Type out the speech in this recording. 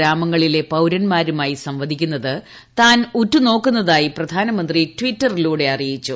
ഗ്രാമങ്ങളിലെ പൌരന്മാരുമായി സംവദിക്കുന്നത് താൻ ഉറ്റുനോക്കുന്നതായി പ്രധാനമന്ത്രി ട്വിറ്ററിലൂടെ അറിയിച്ചു